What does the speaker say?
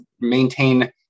maintain